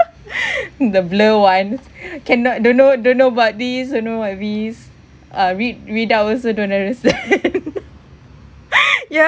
the blur one cannot don't know don't know about these don't know what it is uh read read up also don't understand ya